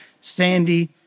sandy